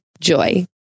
joy